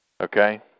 Okay